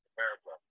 America